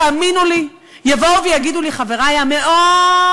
תאמינו לי, יבואו ויגידו לי חברי המאוד-אהובים,